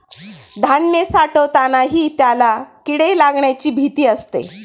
धान्य साठवतानाही त्याला किडे लागण्याची भीती असते